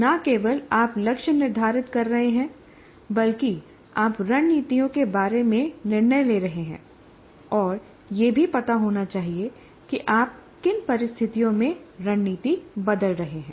न केवल आप लक्ष्य निर्धारित कर रहे हैं बल्कि आप रणनीतियों के बारे में निर्णय ले रहे हैं और यह भी पता होना चाहिए कि आप किन परिस्थितियों में रणनीति बदल रहे हैं